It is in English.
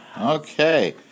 Okay